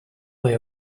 way